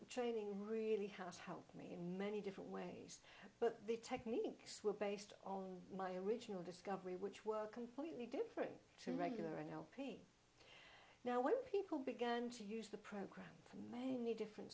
that training really has helped me in many different ways but the techniques were based on my original discovery which were completely different to regular n l p now when people began to use them from may need different